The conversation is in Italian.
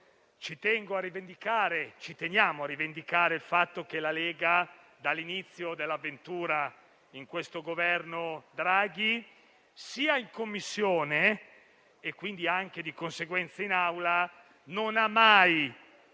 tiene a rivendicare il fatto che, dall'inizio dell'avventura in questo Governo Draghi, sia in Commissione, sia di conseguenza in Aula, non ha mai